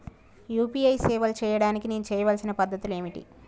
UPI సేవలు చేయడానికి నేను చేయవలసిన పద్ధతులు ఏమిటి?